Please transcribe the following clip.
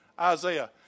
Isaiah